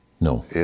No